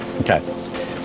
Okay